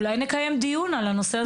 אולי נקיים דיון על הנושא הזה של ההתאחדות?